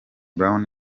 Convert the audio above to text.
brown